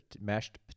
mashed